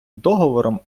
договором